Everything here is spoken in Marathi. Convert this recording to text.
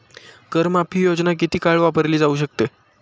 कर माफी योजना किती काळ वापरली जाऊ शकते?